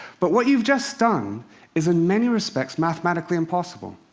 but what you've just done is in many respects mathematically impossible.